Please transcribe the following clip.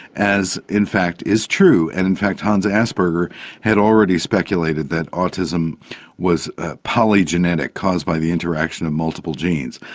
as in fact is true. and in fact hans asperger had already speculated that autism was ah polygenetic, caused by the interaction of multiple genes.